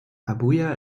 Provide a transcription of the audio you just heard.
abuja